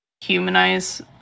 humanize